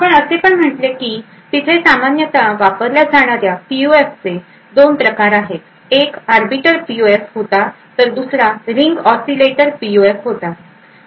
आपण असे पण म्हटले की तिथे सामान्यतः वापरल्या जाणाऱ्या पीयूएफचे दोन प्रकार आहेत एक आर्बिटर पीयूएफ होता तर दुसरा रिंग ऑसीलेटर पीयूएफ होता